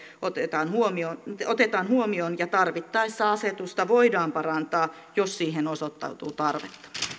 otetaan huomioon otetaan huomioon niin tarvittaessa asetusta voidaan parantaa jos siihen osoittautuu tarvetta